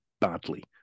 badly